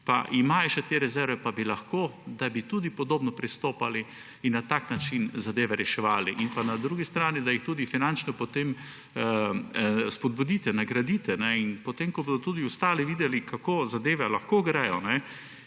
še imajo te rezerve pa bi lahko, tudi podobno pristopali in na tak način zadeve reševali? In da jih na drugi strani tudi finančno potem spodbudite, nagradite. In ko bodo tudi ostali videli, kako zadeve lahko gredo